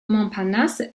montparnasse